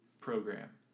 program